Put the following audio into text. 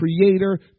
creator